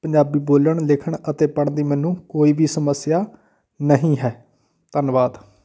ਪੰਜਾਬੀ ਬੋਲਣ ਲਿਖਣ ਅਤੇ ਪੜ੍ਹਨ ਦੀ ਮੈਨੂੰ ਕੋਈ ਵੀ ਸਮੱਸਿਆ ਨਹੀਂ ਹੈ ਧੰਨਵਾਦ